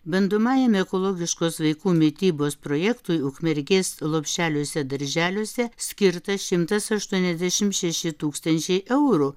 bandomajam ekologiškos vaikų mitybos projektui ukmergės lopšeliuose darželiuose skirta šimtas aštuoniasdešim šeši tūkstančiai eurų